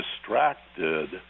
distracted